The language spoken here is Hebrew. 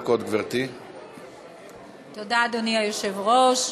תודה, אדוני היושב-ראש,